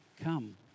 come